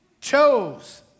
chose